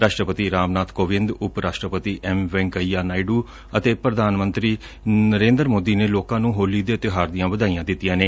ਰਾਸ਼ਟਰਪਤੀ ਰਾਮਨਾਬ ਕੋਵਿੰਦ ਉਪ ਰਾਸ਼ਟਰਪਤੀ ਐਮ ਵੈਂਕਈਆ ਨਾਇਡੂ ਅਤੇ ਪ੍ਰਧਾਨ ਮੰਤਰੀ ਨਰੇਂਦਰ ਮੋਦੀ ਨੇ ਲੋਕਾਂ ਨੂੰ ਹੋਲੀ ਦੇ ਤਿਉਹਾਰ ਦੀਆਂ ਵਧਾਈਆਂ ਦਿੱਤੀਆਂ ਨੇ